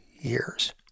years